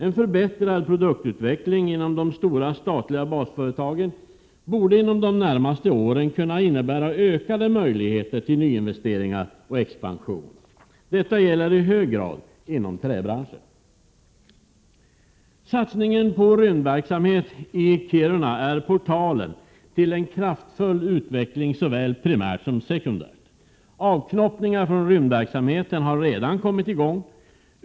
En förbättrad produktutveckling inom de stora statliga basföretagen borde inom de närmaste åren kunna innebära ökade möjligheter till nyinvesteringar och expansion. Detta gäller i hög grad inom träbranschen. Satsningen på rymdverksamhet i Kiruna är portalen till en kraftfull utveckling såväl primärt som sekundärt. Avknoppningar från rymdverksamheten har redan kommit i gång.